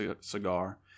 cigar